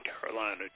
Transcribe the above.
Carolina